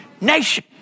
nation